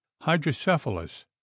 hydrocephalus